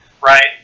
right